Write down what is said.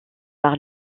par